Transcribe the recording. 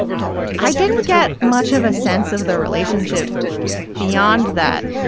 i didn't get much of a sense of the relationship beyond that.